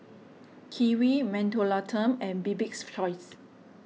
Kiwi Mentholatum and Bibik's Choice